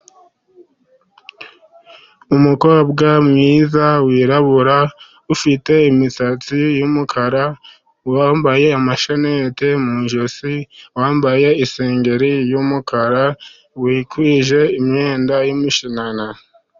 Umukobwa mwiza wirabura ufite imisatsi y'umukara, wambaye amasheneti mu ijosi, wambaye isengeri y'umukara wikwije imyenda y'imishanana.